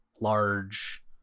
large